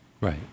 Right